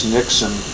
Nixon